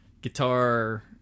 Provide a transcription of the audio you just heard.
guitar